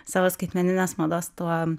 savo skaitmeninės mados tuo